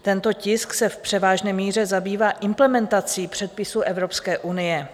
Tento tisk se v převážné míře zabývá implementací předpisů Evropské unie.